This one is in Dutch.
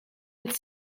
het